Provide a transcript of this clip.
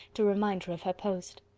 to remind her of her post.